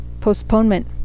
Postponement